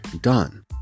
done